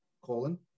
colon